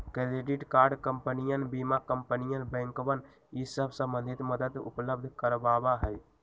credit card कंपनियन बीमा कंपनियन बैंकवन ई सब संबंधी मदद उपलब्ध करवावा हई